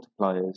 multipliers